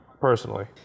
Personally